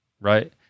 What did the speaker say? right